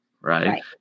Right